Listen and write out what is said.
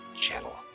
channel